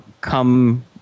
come